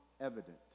evident